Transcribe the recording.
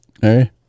Hey